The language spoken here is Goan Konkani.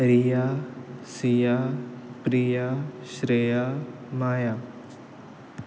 रिया सिया प्रिया श्रेया माया